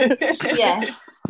Yes